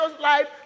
life